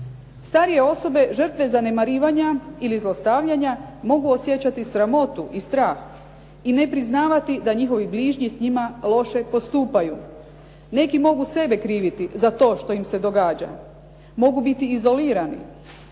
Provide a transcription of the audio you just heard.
Starije osobe žrtve zanemarivanja ili zlostavljanja mogu osjećati sramotu i strah i nepriznavati da njihovi bližnji sa njima loše postupaju. Neki mogu sebe kriviti za to što im se događa, mogu biti izolirani,